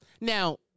Now